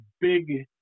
big